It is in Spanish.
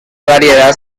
variedad